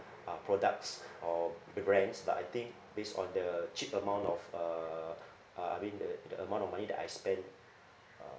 uh products or brands but I think based on the cheap amount of uh uh I mean the the amount of money that I spend uh